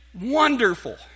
Wonderful